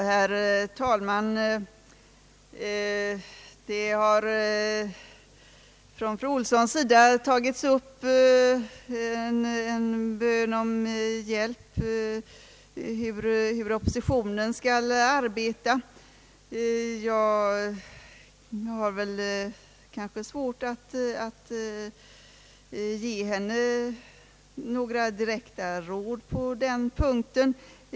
Herr talman! Fru Olsson har tagit upp hur oppositionen skall arbeta. Jag har kanske svårt att ge henne några direkta råd på den punkten.